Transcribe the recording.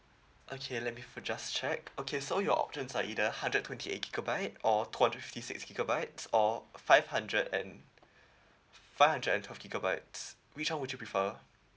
okay let me for just check okay so your options are either hundred twenty eight gigabyte or two hundred fifty six gigabytes or five hundred and five hundred and twelve gigabytes which one would you prefer